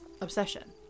obsession